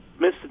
Mr